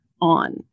on